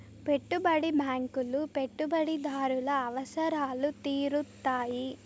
పెట్టుబడి బ్యాంకులు పెట్టుబడిదారుల అవసరాలు తీరుత్తాయి